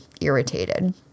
irritated